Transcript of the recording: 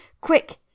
Quick